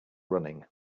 running